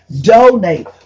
donate